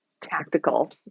tactical